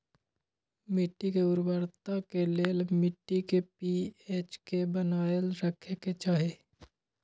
मिट्टी के उर्वरता के लेल मिट्टी के पी.एच के बनाएल रखे के चाहि